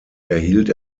erhielt